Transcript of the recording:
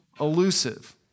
elusive